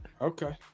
okay